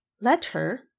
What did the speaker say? letter